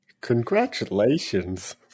Congratulations